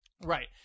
Right